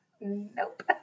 Nope